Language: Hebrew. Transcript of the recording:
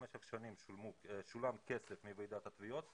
במשך שנים שולם כסף מוועידת התביעות.